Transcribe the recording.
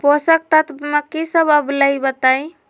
पोषक तत्व म की सब आबलई बताई?